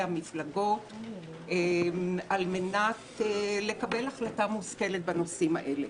המפלגות על מנת לקבל החלטה מושכלת בנושאים האלה.